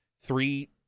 three